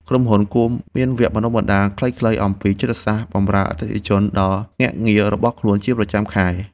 ក្រុមហ៊ុនគួរមានវគ្គបណ្ដុះបណ្ដាលខ្លីៗអំពីចិត្តសាស្ត្របម្រើអតិថិជនដល់ភ្នាក់ងាររបស់ខ្លួនជាប្រចាំខែ។